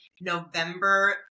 November